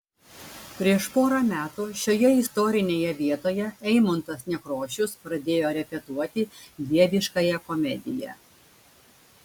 prieš porą metų šioje istorinėje vietoje eimuntas nekrošius pradėjo repetuoti dieviškąją komediją